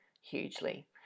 hugely